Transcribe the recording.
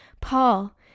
Paul